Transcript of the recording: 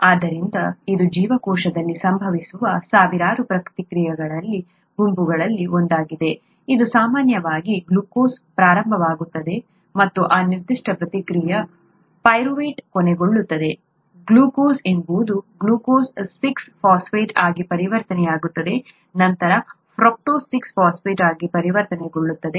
ಆದ್ದರಿಂದ ಇದು ಜೀವಕೋಶದಲ್ಲಿ ಸಂಭವಿಸುವ ಸಾವಿರಾರು ಪ್ರತಿಕ್ರಿಯೆಗಳ ಗುಂಪುಗಳಲ್ಲಿ ಒಂದಾಗಿದೆ ಇದು ಸಾಮಾನ್ಯವಾಗಿ ಗ್ಲೂಕೋಸ್ನಿಂದ ಪ್ರಾರಂಭವಾಗುತ್ತದೆ ಮತ್ತು ಈ ನಿರ್ದಿಷ್ಟ ಪ್ರತಿಕ್ರಿಯೆಯು ಪೈರುವೇಟ್ನೊಂದಿಗೆ ಕೊನೆಗೊಳ್ಳುತ್ತದೆ ಗ್ಲೂಕೋಸ್ ಎಂಬುದು ಗ್ಲೂಕೋಸ್ ಸಿಕ್ಸ್ ಫಾಸ್ಫೇಟ್ ಆಗಿ ಪರಿವರ್ತನೆಯಾಗುತ್ತದೆ ನಂತರ ಫ್ರಕ್ಟೋಸ್ ಸಿಕ್ಸ್ ಫಾಸ್ಫೇಟ್ ಆಗಿ ಪರಿವರ್ತನೆಗೊಳ್ಳುತ್ತದೆ